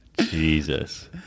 Jesus